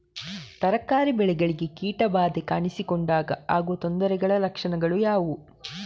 ತರಕಾರಿ ಬೆಳೆಗಳಿಗೆ ಕೀಟ ಬಾಧೆ ಕಾಣಿಸಿಕೊಂಡಾಗ ಆಗುವ ತೊಂದರೆಗಳ ಲಕ್ಷಣಗಳು ಯಾವುವು?